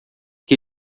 que